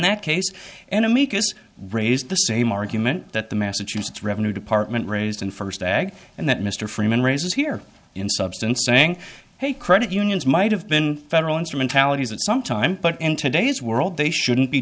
that case an amicus raised the same argument that the massachusetts revenue department raised in first ag and that mr freeman raises here in substance saying hey credit unions might have been federal instrumentalities at some time but in today's world they shouldn't be